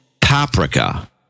paprika